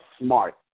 Smart